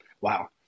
Wow